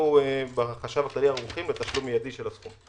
אנחנו בחשב הכללי ערוכים לתשלום מיידי של הסכום.